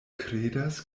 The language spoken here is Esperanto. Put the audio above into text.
kredas